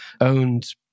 owned